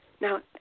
Now